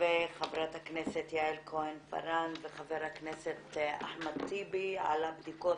חברת הכנסת יעל כהן-פארן וחבר הכנסת אחמד טיבי על הבדיקות